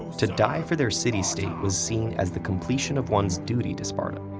to die for their city-state was seen as the completion of one's duty to sparta.